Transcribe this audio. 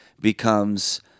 becomes